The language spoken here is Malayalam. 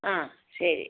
ആ ശരി